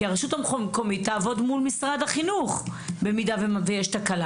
כי היא זו שתעבוד מול משרד החינוך במידה ויש תקלה